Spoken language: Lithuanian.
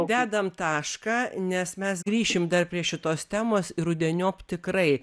dedam tašką nes mes grįšim dar prie šitos temos ir rudeniop tikrai